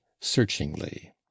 searchingly